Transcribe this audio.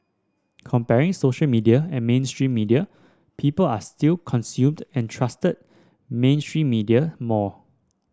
comparing social media and mainstream media people are still consumed and trusted mainstream media more